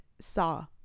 saw